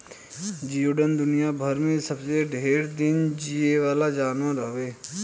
जियोडक दुनियाभर में सबसे ढेर दिन जीये वाला जानवर हवे